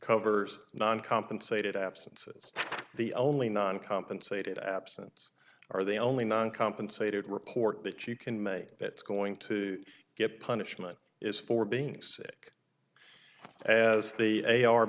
covers non compensated absences the only non compensated absence or the only non compensated report that you can make that's going to get punishment is for being sick as they a